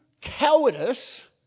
cowardice